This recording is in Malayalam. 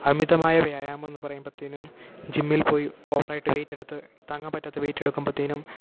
അമിതമായ വ്യായാമമെന്നു പറയുമ്പോഴത്തേനും ജിമ്മിൽപ്പോയി ഓവറായിട്ട് വേയ്റ്റെട്ത്ത് താങ്ങാൻ പറ്റാത്ത വേയ്റ്റെട്ക്കുമ്പോഴത്തേനും